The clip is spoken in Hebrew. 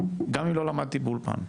גם אם לא למדתי באולפן?